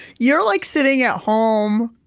you're like sitting at home,